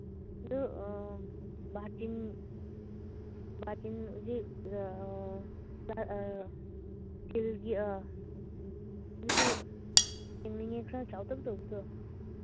ꯑꯗꯨ ꯕꯥꯜꯇꯤꯟ ꯕꯥꯜꯇꯤꯟ ꯍꯧꯖꯤꯛ ꯏꯁꯇꯤꯜꯒꯤ ꯑ ꯑꯗꯨꯁꯨ ꯌꯦꯡꯅꯤꯡꯉꯦ ꯈꯔ ꯆꯥꯎꯇꯛ ꯇꯧꯕꯗꯣ